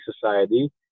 society